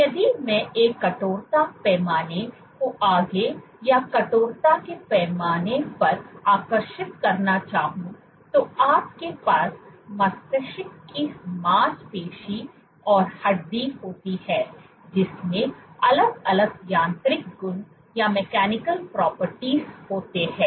यदि मैं एक कठोरता पैमाने को आगे या कठोरता के पैमाने पर आकर्षित करना चाहूँ तो आपके पास मस्तिष्क की मांसपेशी और हड्डी होती है जिसमें अलग अलग यांत्रिक गुण होते हैं